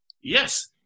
Yes